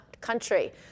country